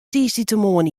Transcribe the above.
tiisdeitemoarn